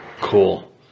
Cool